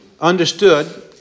understood